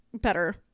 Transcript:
better